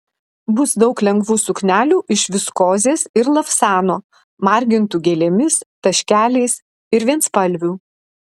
bus daug lengvų suknelių iš viskozės ir lavsano margintų gėlėmis taškeliais ir vienspalvių